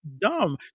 dumb